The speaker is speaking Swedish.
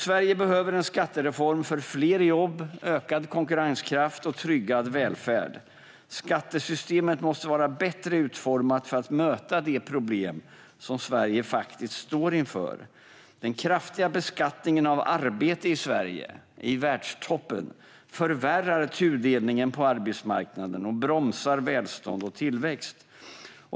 Sverige behöver en skattereform för fler i jobb, ökad konkurrenskraft och tryggad välfärd. Skattesystemet måste vara bättre utformat för att möta de problem som Sverige står inför. Den kraftiga beskattningen av arbete i Sverige - den är i världstoppen - förvärrar tudelningen på arbetsmarknaden och bromsar välstånd och tillväxt.